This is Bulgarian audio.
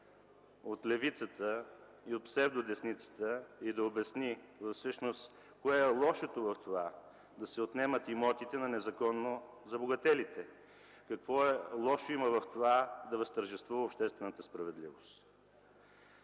от левицата и от псевдодесницата да стане и да обясни какво всъщност е лошото в това да се отнемат имотите на незаконно забогателите? Какво лошо има в това да възтържествува обществената справедливост?